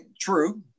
true